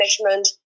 management